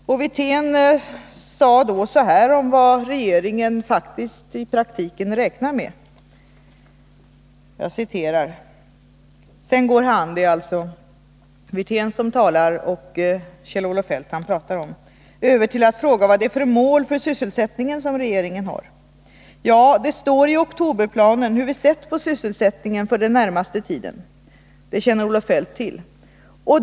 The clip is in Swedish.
Rolf Wirtén sade då så här om vad regeringen faktiskt i praktiken räknar med: ”Sedan går han” — alltså Kjell-Olof Feldt — ”över till att fråga vad det är för mål för sysselsättningen som regeringen har. Ja, det står i oktoberplanen hur vi sett på sysselsättningen för den närmaste tiden — det känner Kjell-Olof Feldt väl till.